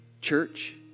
Church